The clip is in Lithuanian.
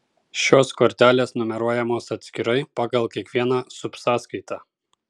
šios kortelės numeruojamos atskirai pagal kiekvieną subsąskaitą